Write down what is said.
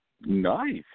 Nice